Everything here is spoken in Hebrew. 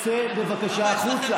צא בבקשה החוצה.